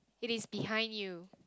it is behind you